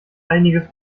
einiges